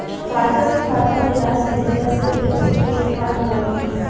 खाता से खाता में राशि भेजला से टेक्स के का नियम ह?